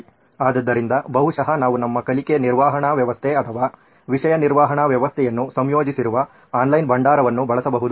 ಆದ್ದರಿಂದ ಬಹುಶಃ ನಾವು ನಮ್ಮ ಕಲಿಕೆ ನಿರ್ವಹಣಾ ವ್ಯವಸ್ಥೆ ಅಥವಾ ವಿಷಯ ನಿರ್ವಹಣಾ ವ್ಯವಸ್ಥೆಯನ್ನು ಸಂಯೋಜಿಸಿರುವ ಆನ್ಲೈನ್ ಭಂಡಾರವನ್ನು ಬಳಸಬಹುದು